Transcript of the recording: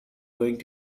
going